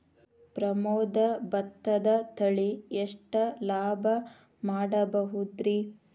ಪ್ರಮೋದ ಭತ್ತದ ತಳಿ ಎಷ್ಟ ಲಾಭಾ ಮಾಡಬಹುದ್ರಿ?